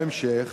בהמשך